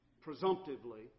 presumptively